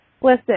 Listen